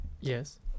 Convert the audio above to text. Yes